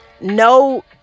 no